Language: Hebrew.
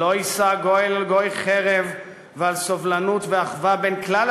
"לא ישא גוי אל גוי חרב"; ועל סובלנות ואחווה בין כלל